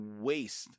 waste